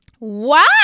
Wow